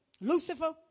Lucifer